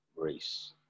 grace